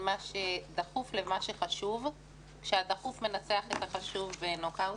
מה שדחוף למה שחשוב כשהדחוף מנצח את החשוב בנוקאאוט,